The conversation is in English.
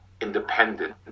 independent